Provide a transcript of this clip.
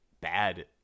bad